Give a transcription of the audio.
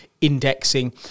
indexing